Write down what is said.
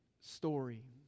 story